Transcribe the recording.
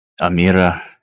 Amira